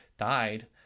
Died